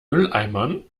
mülleimern